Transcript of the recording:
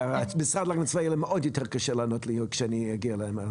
למשרד להגנת הסביבה יהיה עוד יותר קשה לענות לי כשאני אגיע אליהם.